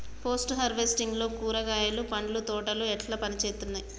Post harvesting లో కూరగాయలు పండ్ల తోటలు ఎట్లా పనిచేత్తనయ్?